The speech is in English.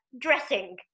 dressing